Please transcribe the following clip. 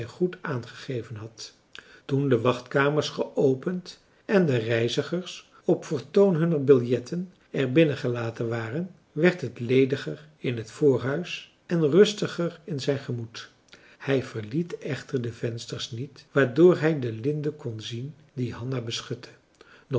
goed aangegeven had toen de wachtkamers geopend en de reizigers op vertoon hunner biljetten er binnen gelaten waren werd het lediger in het voorhuis en rustiger in zijn gemoed hij verliet echter de vensters niet waardoor hij de linde kon zien die hanna beschutte